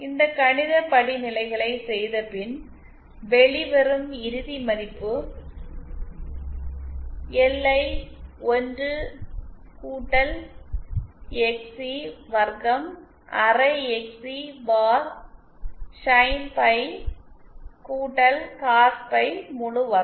இந்த கணித படிநிலைகளை செய்தபின் வெளிவரும் இறுதி மதிப்பு எல்ஐ 1 எக்சி LI 1 XC வர்க்கம் அரை XC bar sine pi cos pi முழு வர்க்கம்